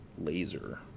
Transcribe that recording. Laser